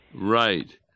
Right